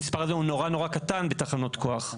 המספר הזה נורא נורא קטן בתחנות כוח.